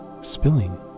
spilling